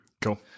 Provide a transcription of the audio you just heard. Cool